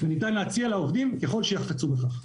וניתן להציע לעובדים ככל שיחפצו בכך.